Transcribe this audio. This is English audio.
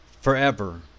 forever